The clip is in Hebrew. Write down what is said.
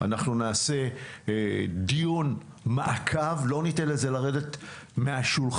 אנחנו נעשה דיון מעקב ולא ניתן לזה לרדת מהשולחן,